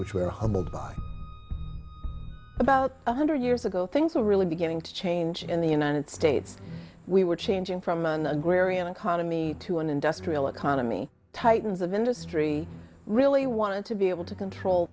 which we are humbled by about one hundred years ago things were really beginning to change in the united states we were changing from an agrarian economy to an industrial economy titans of industry really wanted to be able to control